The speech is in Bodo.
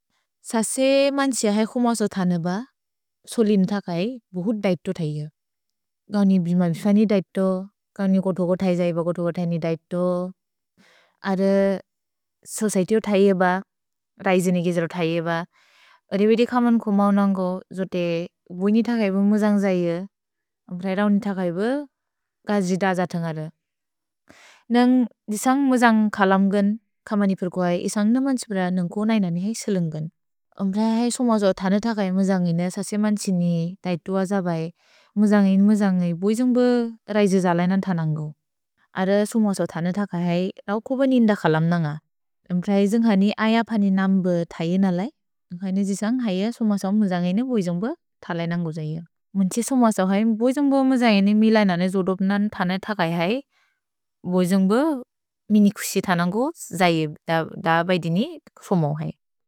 ससे मन्क्सिअ है खुमसो थनेब सोलिन् थकै बुहुत् दैत्तु थैयो। गनि बिम बिफनि दैत्तु, गनि कोथो कोथै जैब कोथो कोथनि दैत्तु। अर सल्सैतिओ थैयो ब, रैजिनि गेज्र थैयो ब। अदेविदे खमन् कु मौनन्गो जोते बुइनि थकैब मुजन्ग् जैयो, प्रएरौनि थकैब गज्जिद जाथन्गर। नन्ग् जिसन्ग् मुजन्ग् खलम् गेन्, खमनि पुर्को है, इसन्ग् नमन् तिबर नन्ग्को नैन नि है सेलिन् गेन्। म्प्रए है सोमसो थने थकै मुजन्गिने, ससे मन्क्सिनि दैत्तु अज बै, मुजन्गिने मुजन्गिने बोइजोन्ग्ब रैजिज लै नन् थनन्गो। अर सोमसो थने थकै है, लौ कोब निन्द खलम् नन्ग। म्प्रए है जिन्घनि अय पनिनम्ब थैयो नलै, नन्ग्कैन जिसन्ग् हैय सोमसो मुजन्गिने बोइजोन्ग्ब थलै नन्गो जैयो। मुन्ति सोमसो है, बोइजोन्ग्ब मुजन्गिने मिलै नने जोतोब् नन् थने थकै है, बोइजोन्ग्ब मिनिकुक्सि थनन्गो जैब् द बैदिनि फोमो है।